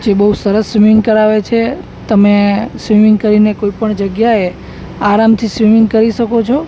જે બહુ સરસ સ્વિમિંગ કરાવે છે તમે સ્વિમિંગ કરીને કોઈ પણ જગ્યાએ આરામથી સ્વિમિંગ કરી શકો છો